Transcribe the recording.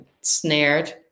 snared